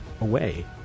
away